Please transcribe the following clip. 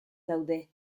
daude